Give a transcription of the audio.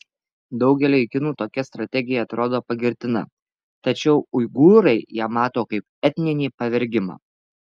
daugeliui kinų tokia strategija atrodo pagirtina tačiau uigūrai ją mato kaip etninį pavergimą